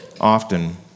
Often